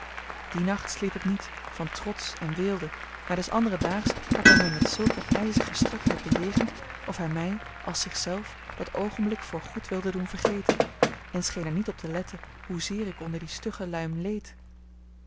dien nacht sliep ik niet van trots en weelde maar des anderen daags had hij mij met zulk een ijzige strakheid bejegend of hij mij als zich zelf dat oogenblik voor goed wilde doen vergeten en scheen er niet op te letten hoezeer ik onder die stugge luim leed